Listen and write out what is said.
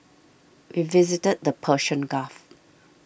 we visited the Persian Gulf